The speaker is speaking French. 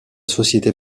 société